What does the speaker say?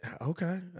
Okay